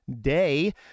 day